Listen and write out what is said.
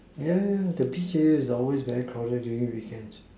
yeah yeah the beach area is always very crowded during weekends